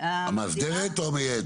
המאסדרת או המייעצת.